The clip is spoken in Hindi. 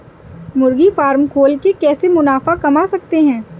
मुर्गी फार्म खोल के कैसे मुनाफा कमा सकते हैं?